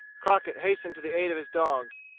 crockett hastened to the aid of his dogs.